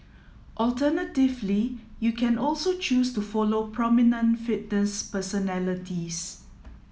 alternatively you can also choose to follow prominent fitness personalities